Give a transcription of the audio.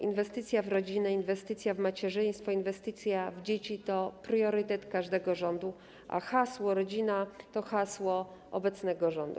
Inwestycja w rodzinę, inwestycja w macierzyństwo, inwestycja w dzieci to priorytet każdego rządu, a hasło „rodzina” to hasło obecnego rządu.